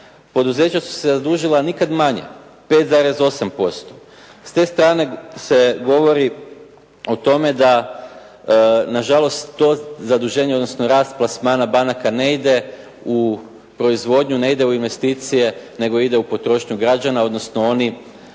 poduzeća su se zadužila nikad manje 5,8%. S te strane se govori o tome da na žalost to zaduženje, odnosno rast plasmana banaka ne ide u proizvodnju, ne ide u investicije, nego ide u potrošnju građana, odnosno oni